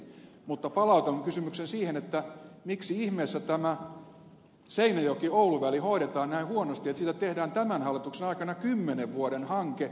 mutta palautan kysymyksen siihen miksi ihmeessä tämä seinäjokioulu väli hoidetaan näin huonosti että siitä tehdään tämän hallituksen aikana kymmenen vuoden hanke